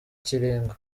kiringo